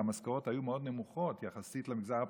כי המשכורות היו מאוד נמוכות יחסית למגזר הפרטי.